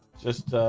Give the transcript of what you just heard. just ah